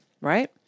right